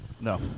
No